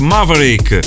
Maverick